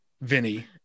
Vinny